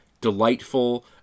delightful